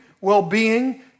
well-being